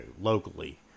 locally